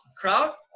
crowd